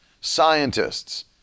scientists